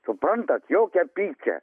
suprantat jokia pykčia